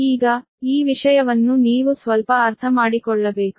ಈಗ ಈ ವಿಷಯವನ್ನು ನೀವು ಸ್ವಲ್ಪ ಅರ್ಥಮಾಡಿಕೊಳ್ಳಬೇಕು